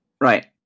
Right